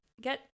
Get